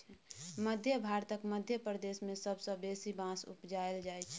मध्य भारतक मध्य प्रदेश मे सबसँ बेसी बाँस उपजाएल जाइ छै